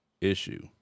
issue